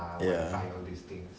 ya